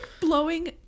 blowing